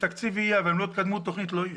תקציב יהיה, אבל אם לא תקדמו תוכנית, לא יהיה.